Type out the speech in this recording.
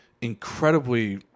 incredibly